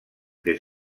des